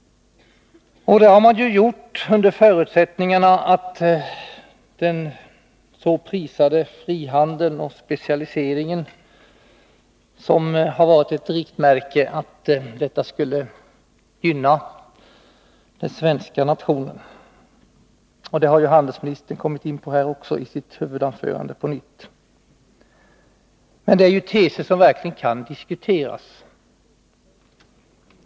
Det har man gjort under den förutsättningen att den så prisade frihandeln och specialiseringen, som har varit ett riktmärke, skulle gynna den svenska nationen. Det kom handelsministern på nytt in på i sitt huvudanförande. Men det är teser som verkligen kan diskuteras.